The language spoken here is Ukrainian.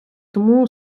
тому